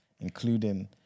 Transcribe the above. including